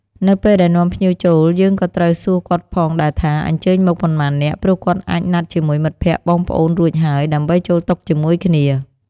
នៅពេលដែលនាំភ្ញៀវចូលយើងក៏ត្រូវសួរគាត់ផងដែរថា អញ្ជើញមកប៉ុន្មាននាក់ ព្រោះគាត់អាចណាត់ជាមួយមិត្តភក្តិបងប្អូនរួចហើយ ដើម្បីចូលតុជាមួយគ្នា។